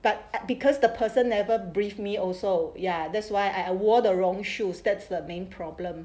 but because the person never brief me also ya that's why I wore the wrong shoes that's the main problem